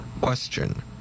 Question